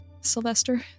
Sylvester